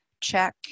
check